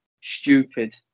stupid